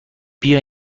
بیا